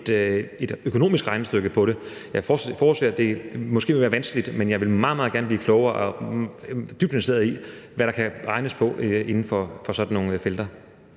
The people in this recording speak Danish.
økonomisk regnestykke på det. Jeg forudser, at det måske vil være vanskeligt, men jeg vil meget, meget gerne blive klogere og er dybt investeret i, hvad der kan regnes på inden for sådan nogle felter.